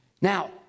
Now